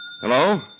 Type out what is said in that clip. Hello